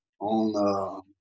on